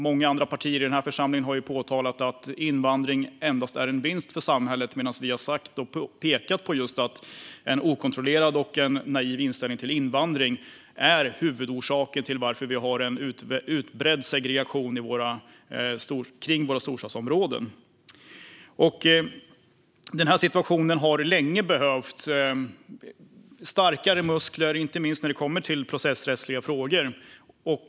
Många andra partier i denna församling har ju sagt att invandring endast är en vinst för samhället, medan vi har pekat på att en okontrollerad invandring och en naiv inställning till invandring är huvudorsaker till att vi har en utbredd segregation kring våra storstadsområden. Situationen har länge behövt starkare muskler, inte minst när det kommer till processrättsliga frågor.